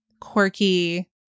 quirky